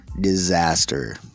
disaster